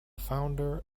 founder